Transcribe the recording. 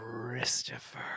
Christopher